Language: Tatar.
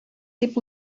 дип